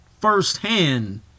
firsthand